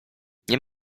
nie